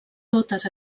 totes